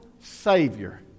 Savior